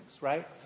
right